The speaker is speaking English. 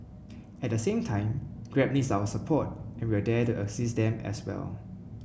at the same time Grab needs our support and we are there to assist them as well